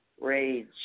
rage